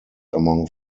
among